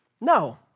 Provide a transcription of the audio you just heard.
No